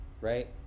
Right